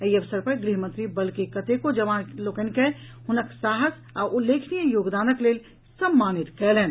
एहि अवसर पर गृहमंत्री बल के कतेको जवान लोकनि के हुनक साहस आ उल्लेखनीय योगदानक लेल सम्मानित कयलनि